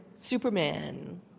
Superman